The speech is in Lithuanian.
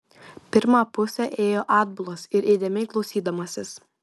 pirmą pusę ėjo atbulas ir įdėmiai klausydamasis